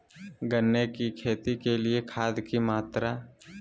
गन्ने की खेती के लिए खाद की मात्रा?